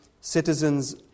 citizens